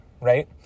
right